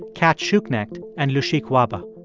cat schuknecht and lushik wahba.